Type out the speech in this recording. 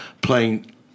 playing